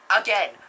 again